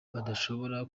badashobora